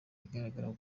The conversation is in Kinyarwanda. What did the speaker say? igaragara